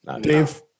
Dave